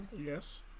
yes